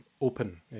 open